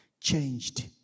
changed